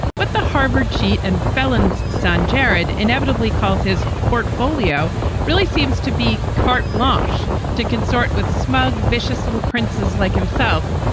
what the harvard cheat and felon's son jared inevitably calls his portfolio really seems to be carte blanche to consort with smug, vicious little princes like himself,